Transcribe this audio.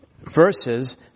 verses